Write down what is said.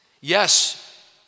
Yes